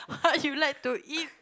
what you like to eat